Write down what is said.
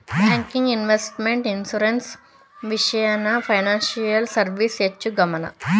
banking, investment, insurance, ವಿಷಯನ financial service ಹೆಚ್ಚು ಗಮನ ಇಡುತ್ತೆ